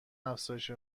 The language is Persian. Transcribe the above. افزایش